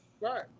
Right